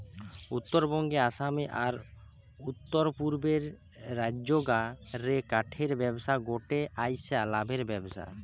উত্তরবঙ্গে, আসামে, আর উততরপূর্বের রাজ্যগা রে কাঠের ব্যবসা গটে পইসা লাভের ব্যবসা